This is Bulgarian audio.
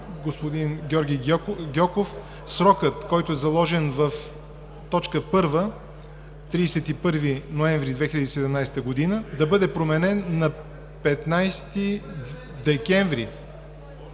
господин Георги Гьоков – срокът, който е заложен в т. 1 „31 ноември 2017 г.“ да бъде променен на „15 декември